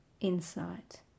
insight